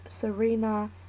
Serena